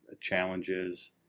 challenges